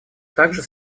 также